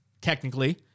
technically